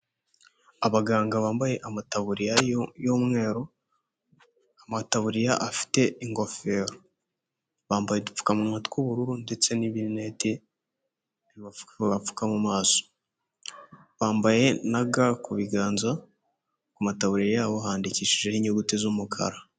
Abaganga bambaye amataburiya y'umweru, amataburiya afite ingofero. Bambaye udupfukamunwa tw'ubururu ndetse n'ibirineti bibapfuka mu maso. Bambaye na ga ku biganza, ku mataburiya yabo handikishijeho inyuguti z'umukara.